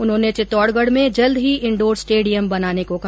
उन्होंने चित्तौडगढ में जल्द ही इन्डोर स्टेडियम बनाने को कहा